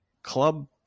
club